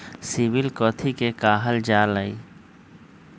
CIBIL कथि के काहल जा लई?